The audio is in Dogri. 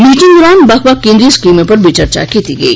मीटिंग दौरान बक्ख बक्ख केंद्रीय स्कीमें पर बी चर्चा कीती गेई